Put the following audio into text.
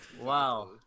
Wow